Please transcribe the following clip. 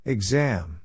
Exam